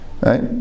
right